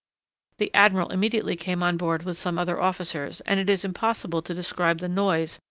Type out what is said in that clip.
the admiral immediately came on board with some other officers and it is impossible to describe the noise,